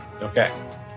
Okay